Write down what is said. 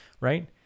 right